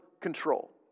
control